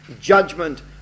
judgment